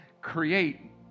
create